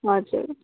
हजुर